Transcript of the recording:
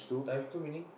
times two meaning